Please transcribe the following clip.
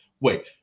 wait